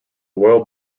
royal